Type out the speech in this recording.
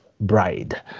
bride